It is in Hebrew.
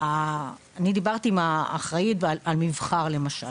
אני דיברתי עם האחראית על מבחר למשל.